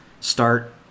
start